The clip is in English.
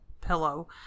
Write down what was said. pillow